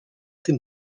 tym